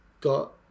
got